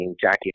Jackie